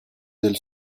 del